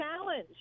challenge